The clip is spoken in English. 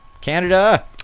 Canada